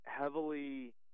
heavily